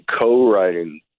co-writing